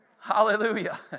Hallelujah